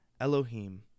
Elohim